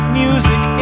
music